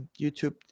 YouTube